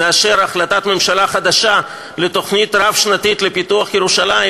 נאשר החלטת ממשלה חדשה לתוכנית רב-שנתית לפיתוח ירושלים,